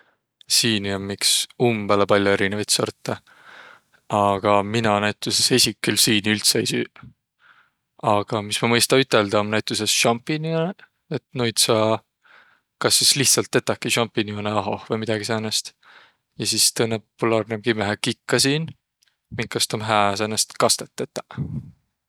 Siini om iks umbõlõ pall'o erinevit sortõ aga mina näütüses esiq küll siini üldse ei süüq. Aga mis maq mõistaq üteldäq, om näütüses sampinjoniq, et noid saa kas sis lihtsalt tetäki sampinjonõ ahoh vai midägi säänest. Ja sis tõnõ populaarnõ om kimmähe kikkasiin, minkast om hää säänest kastõt tetäq.